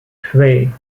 twee